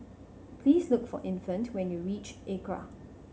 please look for Infant when you reach ACRA